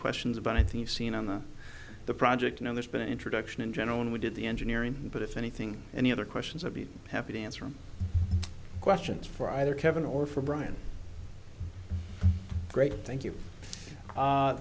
questions about i think you've seen on the project now there's been an introduction in general when we did the engineering but if anything any other questions i'd be happy to answer questions for either kevin or for brian great thank you